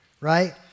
right